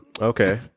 Okay